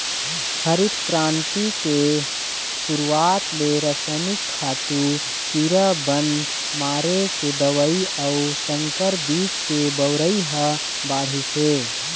हरित करांति के सुरूवात ले रसइनिक खातू, कीरा बन मारे के दवई अउ संकर बीज के बउरई ह बाढ़िस हे